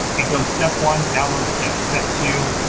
it goes step one, download sift, step two,